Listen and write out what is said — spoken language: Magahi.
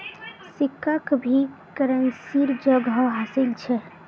सिक्काक भी करेंसीर जोगोह हासिल छ